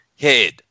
head